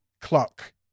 clock